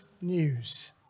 news